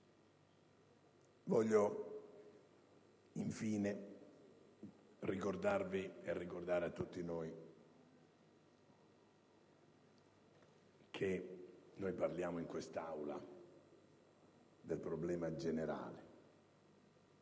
Voglio infine ricordare a tutti noi che parliamo in questa Aula del problema generale,